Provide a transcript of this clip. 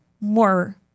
more